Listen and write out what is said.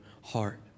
heart